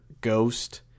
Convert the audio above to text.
ghost